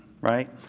right